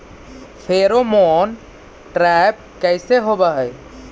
Pheromone trap कैसे होब हई?